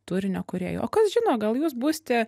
turinio kūrėju o kas žino gal jūs būsite